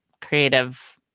creative